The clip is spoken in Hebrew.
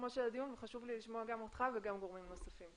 הדיון וחשוב לי לשמוע אותך וגם גורמים נוספים.